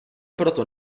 proto